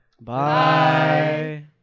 Bye